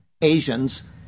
Asians